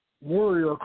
warrior